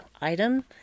item